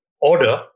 order